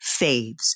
faves